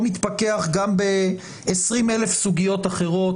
מתפכח גם בעשרים-אלף סוגיות אחרות.